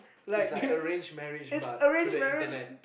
is like arranged marriage but through the internet